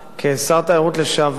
כשר התיירות לשעבר,